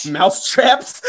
Mousetraps